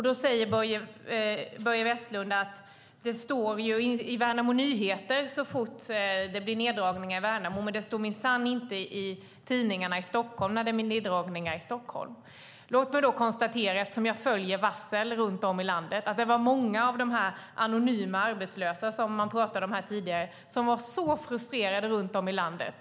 Då säger Börje Vestlund: Det står i Värnamo Nyheter så fort det blir neddragningar i Värnamo, men det står minsann inte i tidningarna i Stockholm när det blir neddragningar i Stockholm. Låt mig då konstatera, eftersom jag följer varsel runt om i landet, att det var många av de anonyma arbetslösa som man pratade om här tidigare som var frustrerade runt om i landet.